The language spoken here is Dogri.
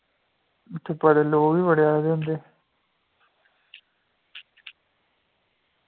उत्थें लोग बी बड़े आए दे होंदे